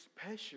special